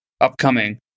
upcoming